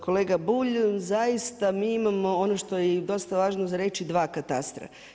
Kolega Bulj, zaista mi imamo ono što je i dosta važno za reći, dva katastra.